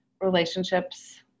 relationships